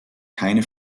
keine